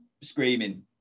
screaming